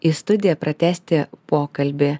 į studiją pratęsti pokalbį